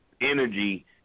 energy